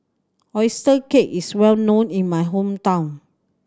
oyster cake is well known in my hometown